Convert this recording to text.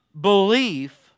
belief